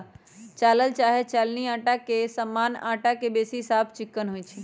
चालल चाहे चलानी अटा जे सामान्य अटा से बेशी साफ चिक्कन होइ छइ